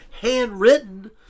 handwritten